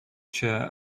chair